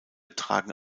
tragen